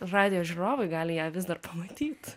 radijo žiūrovai gali ją vis dar pamatyt